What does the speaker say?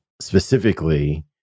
specifically